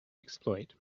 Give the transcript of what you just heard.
exploit